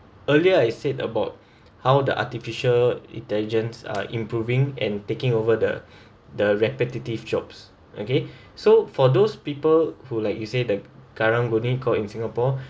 earlier I said about how the artificial intelligence are improving and taking over the the repetitive jobs okay so for those people who like you say the karang-guni called in singapore